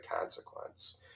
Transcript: consequence